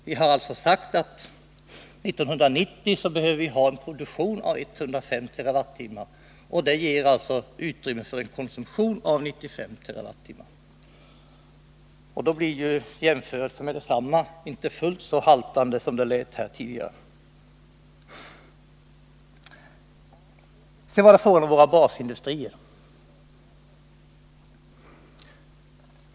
Vi har sagt att vi 1990 behöver ha en produktion av 105 TWh, och det ger utrymme för en konsumtion på 95 TWh. Då blir jämförelsen med detsamma inte fullt så haltande som det lät här tidigare. Sedan var det fråga om våra basindustrier.